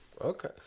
okay